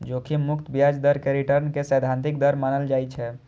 जोखिम मुक्त ब्याज दर कें रिटर्न के सैद्धांतिक दर मानल जाइ छै